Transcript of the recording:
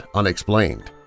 unexplained